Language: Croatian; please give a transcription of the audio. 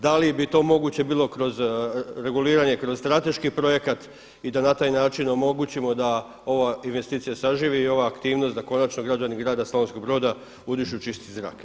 Da li bi to moguće bilo kroz reguliranje kroz strateški projekat i da na taj način omogućimo da ova investicija saživi i ova aktivnost da konačno građani grada Slavonskog Broda udišu čisti zrak.